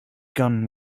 gun